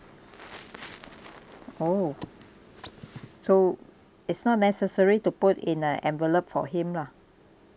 oh so it's not necessary to put in a envelope for him lah